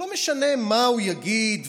שלא משנה מה הוא יגיד,